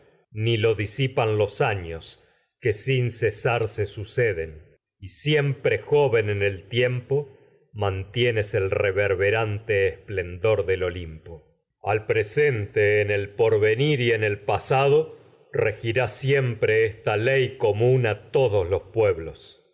ni y lo disipan los joven en años que sin cesar se su ceden siempre el tiempo mantienes presente esta el en re verberante esplendor en del olimpo al el porvenir a y el pasado regirá siempre ley común humaúa espe todos los pueblos